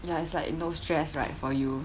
ya it's like no stress right for you